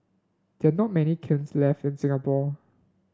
there are not many kilns left in Singapore